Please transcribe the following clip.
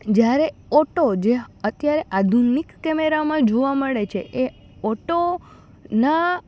જ્યારે ઓટો જે અત્યારે આધુનિક કેમેરામાં જોવા મળે છે એ ઓટોના